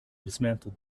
dismantled